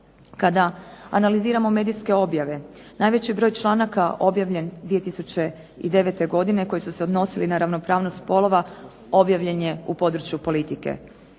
Kada analiziramo medijske objave, najveći broj članaka objavljen 2009. godine, koji su se odnosili na ravnopravnost spolova objavljen je u području politike.